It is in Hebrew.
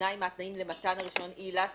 תנאי מהתנאים למתן רישיון היא עילה סטנדרטית.